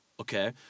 okay